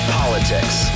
politics